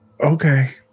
Okay